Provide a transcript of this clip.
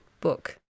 book